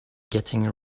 getting